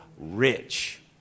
rich